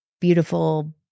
beautiful